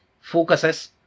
focuses